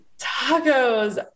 Tacos